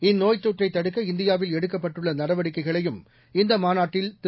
இந்நோய்த் தொற்றைத் தடுக்க இந்தியாவில் எடுக்கப்பட்டுள்ள நடவடிக்கைகளையும் இந்த மாநாட்டில் திரு